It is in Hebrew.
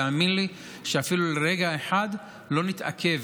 תאמין לי שאפילו לרגע אחד לא נתעכב